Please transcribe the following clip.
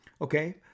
okay